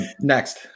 next